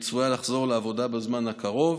והיא צפויה לחזור לעבודה בזמן הקרוב.